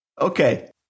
Okay